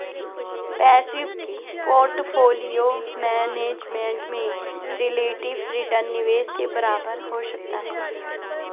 passive portfolio management में relative return निवेश के बराबर हो सकता है